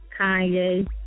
Kanye